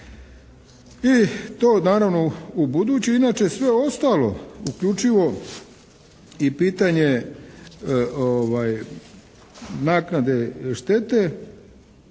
I to naravno u buduće inače sve ostalo uključivo i pitanje naknade štete